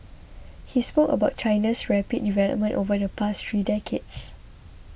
he spoke about China's rapid development over the past three decades